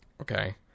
okay